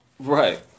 Right